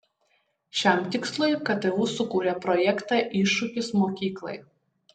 šiam tikslui ktu sukūrė projektą iššūkis mokyklai